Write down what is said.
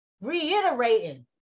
Reiterating